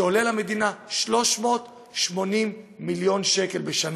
שעולה למדינה 380 מיליון שקל בשנה.